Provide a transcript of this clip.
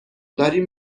داریم